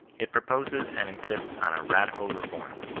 it proposes and insists on a radical reform.